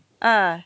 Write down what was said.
ah